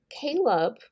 Caleb